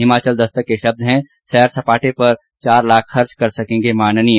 हिमाचल दस्तक के शब्द हैं सैर सपाटे पर चार लाख खर्च सकेंगे अब माननीय